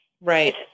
right